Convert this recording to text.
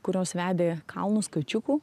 kurios vedė kalnus kačiukų